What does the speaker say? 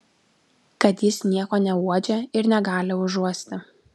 kad jis nieko neuodžia ir negali užuosti